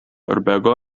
urbego